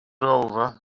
over